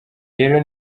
rero